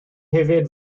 hefyd